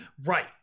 right